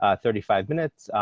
ah thirty five minutes.